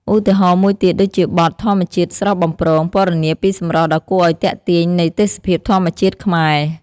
ឧទាហរណ៍មួយទៀតដូចជាបទ "ធម្មជាតិស្រស់បំព្រង" ពណ៌នាពីសម្រស់ដ៏គួរឲ្យទាក់ទាញនៃទេសភាពធម្មជាតិខ្មែរ។